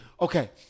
Okay